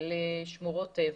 לשמורות טבע.